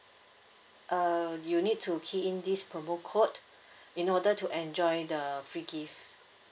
uh you need to key in this promo code in order to enjoy the free gift